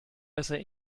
besser